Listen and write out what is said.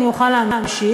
אני אוכל להמשיך.